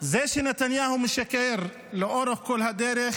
זה שנתניהו משקר לאורך כל הדרך